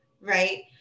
right